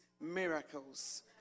miracles